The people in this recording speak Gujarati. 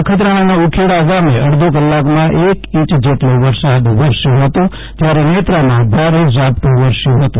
નખત્રાણાના ઉખેડા ગામે અડધો કલાકમાં એક ઇંચ જેટલોવરસાદ વરસ્યો હતો જયારે નેત્રામાં ભારે ઝાપટું વરસ્યું હતું